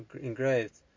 engraved